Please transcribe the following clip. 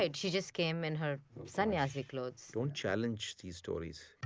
and she just came in her sanyasi clothes. don't challenge these stories.